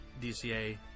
DCA